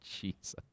Jesus